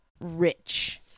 Rich